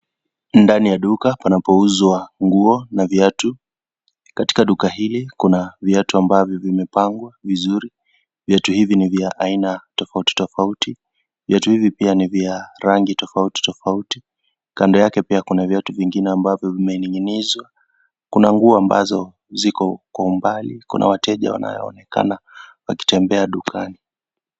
Ndani ya duka panapo uzwa nguo na viatu. Katika duka hili kuna viatu ambavyo vimepangwa vizuri viatu hivi ni vya aina tofauti tofauti ,viatu hivi pia ni vya rangi tofauti tofauti. Kando yake pia kuna viatu vingine ambavyo vimeninginizwa kuna nguo ambazo ziko kwa umbali kuna wateja ambao wanaonekana wakitembea dukani.